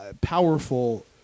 powerful